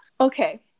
Okay